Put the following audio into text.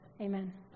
Amen